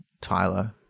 Tyler